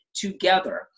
together